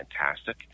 fantastic